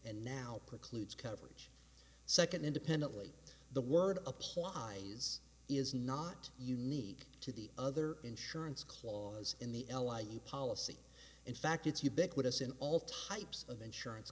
and now precludes coverage second independently the word applies is not unique to the other insurance clause in the l i e policy in fact it's ubiquitous in all types of insurance